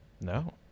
No